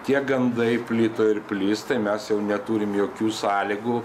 tie gandai plito ir plis tai mes jau neturim jokių sąlygų